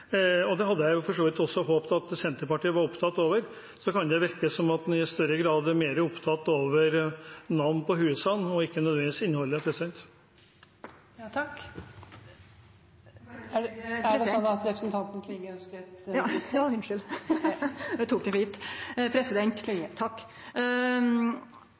og det hadde jeg for så vidt også håpet at Senterpartiet var opptatt av. Men det kan virke som man i større grad er mer opptatt av navn på husene, og ikke nødvendigvis innholdet. Eg kan trygge representanten frå Venstre med at Senterpartiet går lenger enn å ville sikre det som er